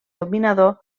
dominador